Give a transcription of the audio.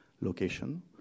location